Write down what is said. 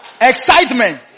Excitement